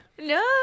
No